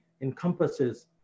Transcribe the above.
encompasses